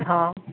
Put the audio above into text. હં